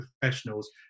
professionals